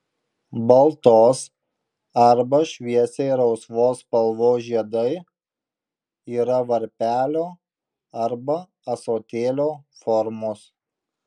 baltos arba šviesiai rausvos spalvos žiedai yra varpelio arba ąsotėlio formos